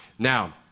Now